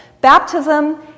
Baptism